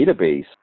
database